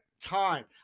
time